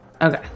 Okay